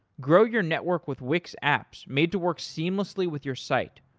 grow your network with wix apps made to work seamlessly with your site.